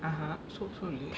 (uh huh) so so